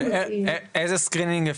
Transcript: איזה screening,